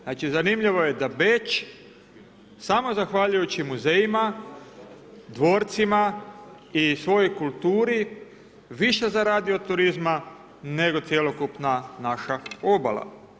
Znači zanimljivo je da Beč samo zahvaljujući muzejima, dvorcima i svojoj kulturi više zaradi od turizma nego cjelokupna naša obala.